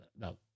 no